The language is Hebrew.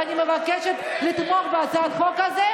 ואני מבקשת לתמוך בהצעת החוק הזאת,